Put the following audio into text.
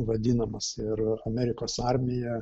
vadinamas ir amerikos armija